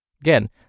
Again